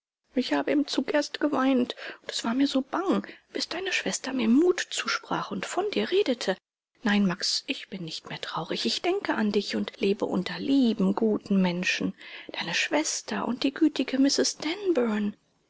ich habe im zug erst geweint und es war mir so bang bis deine schwester mir mut zusprach und von dir redete nein max ich bin nicht mehr traurig ich denke an dich und lebe unter lieben guten menschen deine schwester und die gütige